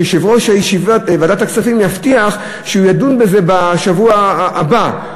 שיושב-ראש ועדת הכספים יבטיח שהוא ידון בזה בשבוע הבא.